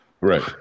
Right